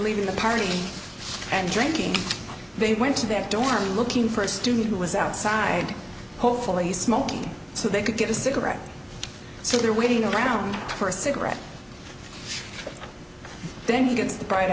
leaving the party and drinking they went to their dorm looking for a student who was outside hopefully smoking so they could get a cigarette so they're waiting around for a cigarette then he gets the bright